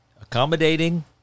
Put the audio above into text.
accommodating